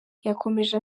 yakomeje